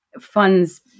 funds